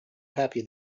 happy